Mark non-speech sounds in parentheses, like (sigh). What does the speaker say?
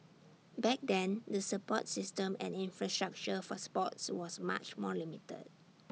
back then the support system and infrastructure for sports was much more limited (noise)